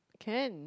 can